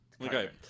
Okay